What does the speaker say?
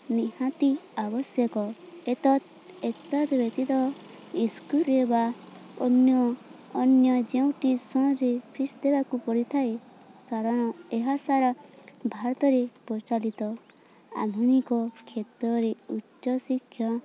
ନିହାତି ଆବଶ୍ୟକ ଏତଦ୍ ଏତଦ୍ବ୍ୟତୀତ ସ୍କୁଲ୍ରେ ବା ଅନ୍ୟ ଅନ୍ୟ ଯେଉଁ ଟିୟୁସନ୍ରେ ଫିସ୍ ଦେବାକୁ ପଡ଼ିଥାଏ କାରଣ ଏହା ସାରା ଭାରତରେ ପ୍ରଚଳିତ ଆଧୁନିକ କ୍ଷେତ୍ରରେ ଉଚ୍ଚ ଶିକ୍ଷା